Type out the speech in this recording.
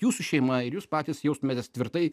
jūsų šeima ir jūs patys jaustumėtės tvirtai